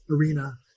arena